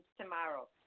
tomorrow